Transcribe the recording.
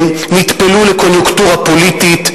נטפלו לקוניונקטורה פוליטית.